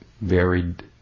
varied